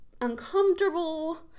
uncomfortable